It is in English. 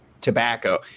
tobacco